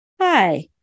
Hi